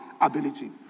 Ability